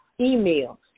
email